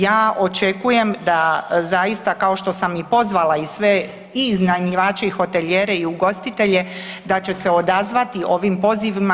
Ja očekujem da zaista kao što sam i pozvala i sve iz iznajmljivače i hotelijere i ugostitelje da će se odzvati ovim pozivima.